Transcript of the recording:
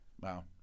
Wow